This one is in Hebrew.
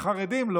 החרדים?